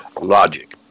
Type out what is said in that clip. logic